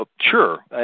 Sure